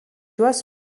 juos